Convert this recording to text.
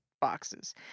boxes